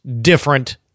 different